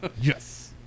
Yes